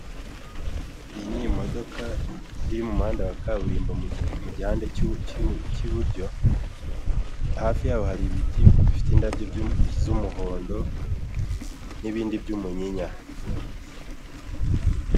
Iyi ni imodoka iri mu muhanda wa kaburimbo mu gihande k'iburyo hafi yaho hari ibiti bifite indabyo z'umuhondo n'ibindi by'umunyinya.